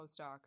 postdocs